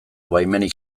baimenik